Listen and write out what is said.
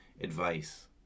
advice